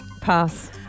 Pass